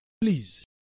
Please